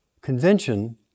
convention